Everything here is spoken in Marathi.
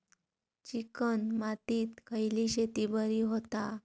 चिकण मातीत खयली शेती बरी होता?